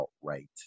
outright